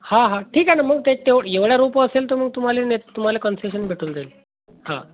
हां हां ठीक आहे न मग त्या तेव एवढ्या रोपं असेल तर मग तुम्हाला न तुम्हाला कन्सेशन भेटून जाईल हां